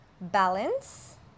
balance